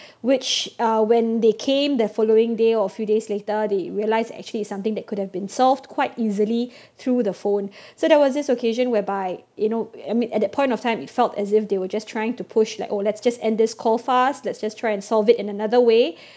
which uh when they came the following day or few days later they realise actually something that could have been solved quite easily through the phone so there was this occasion whereby you know I mean at that point of time it felt as if they were just trying to push like oh let's just end this call fast let's just try and solve it in another way